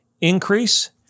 increase